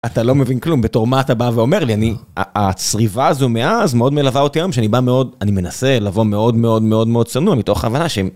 אתה לא מבין כלום, בתור מה אתה בא ואומר לי, הצריבה הזו מאז מאוד מלווה אותי היום, שאני בא מאוד, אני מנסה לבוא מאוד מאוד מאוד מאוד צנוע מתוך הבנה שהם...